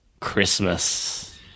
Christmas